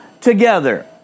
together